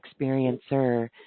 experiencer